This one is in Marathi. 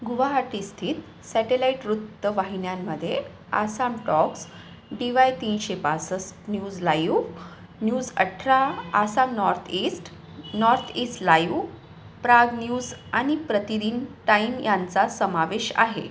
गुवाहाटी स्थित सॅटेलाईट वृत्त वाहिन्यांमध्ये आसाम टॉक्स डी वाय तीनशे पासष्ट न्यूज लायू न्यूज अठरा Assam northeast north east live Prag news आणि प्रतिदिन टाईम यांचा समावेश आहे